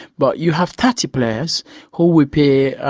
but you have thirty players who we pay